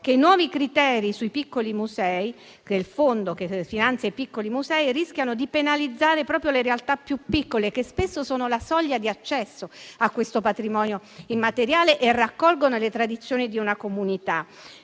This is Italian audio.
i nuovi criteri per il fondo che finanzia i piccoli musei, che rischiano di penalizzare proprio le realtà più piccole, che spesso sono la soglia di accesso a questo patrimonio immateriale e raccolgono le tradizioni di una comunità.